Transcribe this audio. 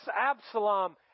Absalom